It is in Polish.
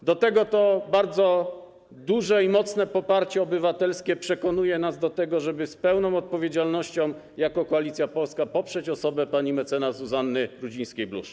I wreszcie bardzo duże i mocne poparcie obywatelskie przekonuje nas do tego, żeby z pełną odpowiedzialnością, jako Koalicja Polska, poprzeć osobę pani mecenas Zuzanny Rudzińskiej-Bluszcz.